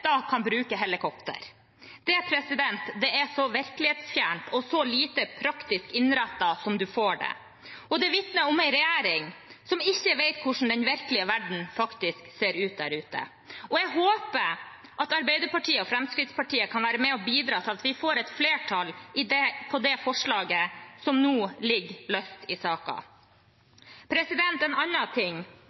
kan bruke helikopter. Det er så virkelighetsfjernt og så lite praktisk innrettet som man kan få det, og det vitner om en regjering som ikke vet hvordan den virkelige verden faktisk ser ut der ute. Jeg håper at Arbeiderpartiet og Fremskrittspartiet kan være med på og bidra til at vi får et flertall for det forslaget som nå ligger i saken. En annen ting: I dag ser vi at en